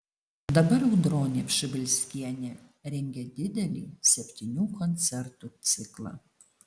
dabar audronė pšibilskienė rengia didelį septynių koncertų ciklą